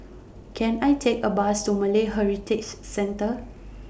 Can I Take A Bus to Malay Heritage Centre